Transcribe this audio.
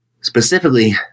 specifically